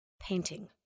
painting